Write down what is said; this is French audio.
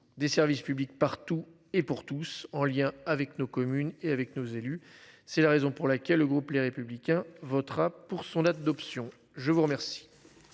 des services publics partout et pour tous en lien avec nos communes et avec nos élus. C'est la raison pour laquelle le groupe Les Républicains votera pour son adoption. Je vous remercie.